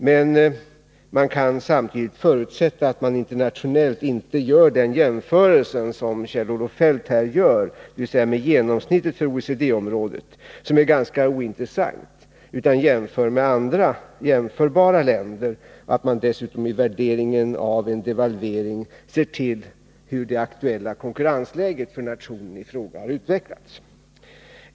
Men vi kan samtidigt förutsätta att man internationellt inte gör den jämförelse som Kjell-Olof Feldt här gör, dvs. med genomsnittet för OECD-området, som är ganska ointressant, utan med andra jämförbara länder och att man dessutom i värderingen av en devalvering ser till hur det aktuella konkurrensläget för nationen i fråga har utvecklats.